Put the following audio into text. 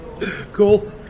Cool